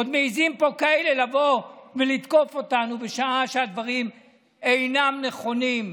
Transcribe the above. עוד מעיזים פה כאלה לבוא ולתקוף אותנו בשעה שהדברים אינם נכונים.